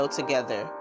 together